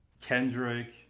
Kendrick